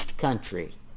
country